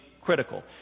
critical